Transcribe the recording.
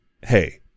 hey